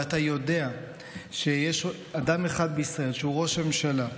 ואתה יודע שיש אדם אחד בישראל שהוא ראש הממשלה,